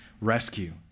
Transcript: rescue